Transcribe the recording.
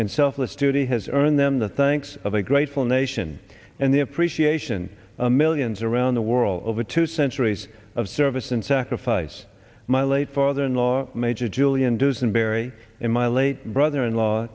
and selfless studi has earned them the thanks of a grateful nation and the appreciation millions around the world over two centuries of service and sacrifice my late father in law major julian dusenberry in my late brother in law